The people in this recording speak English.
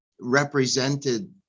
represented